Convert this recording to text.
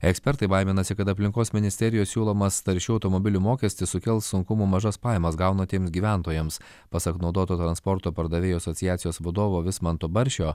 ekspertai baiminasi kad aplinkos ministerijos siūlomas taršių automobilių mokestis sukels sunkumų mažas pajamas gaunantiems gyventojams pasak naudotų transporto pardavėjų asociacijos vadovo vismanto baršio